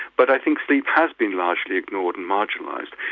but i think sleep has been largely ignored and marginalised,